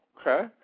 okay